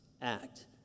act